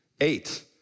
Eight